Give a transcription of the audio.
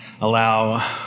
allow